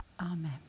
Amen